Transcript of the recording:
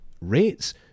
rates